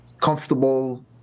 comfortable